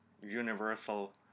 Universal